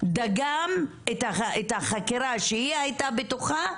דגם את החקירה שהיא הייתה בטוחה,